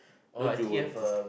don't you worry